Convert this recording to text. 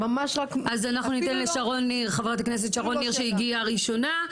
אז אנחנו ניתן לחברת הכנסת שרון ניר שהגיע ראשונה,